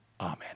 Amen